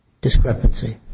discrepancy